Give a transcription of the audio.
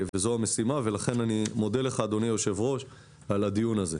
זו המשימה ולכן אני מודה לך אדוני היושב ראש על הדיון הזה.